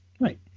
right